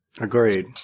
Agreed